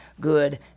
good